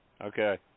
Okay